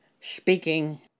speaking